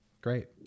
Great